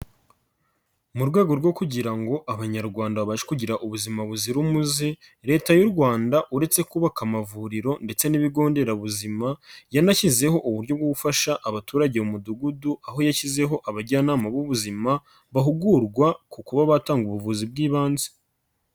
Mu rwego rwo kugira ngo Abanyarwanda babashe kugira ubuzima buzira umuze, Leta y'u Rwanda uretse kubaka amavuriro ndetse n'ibigo nderabuzima, yanashyizeho uburyo bwo gufasha abaturage mu mudugudu aho yashyizeho abajyanama b'ubuzima, bahugurwa ku kuba batanga ubuvuzi bw'ibanze.